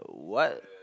what